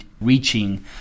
reaching